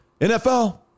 NFL